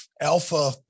alpha